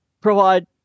provide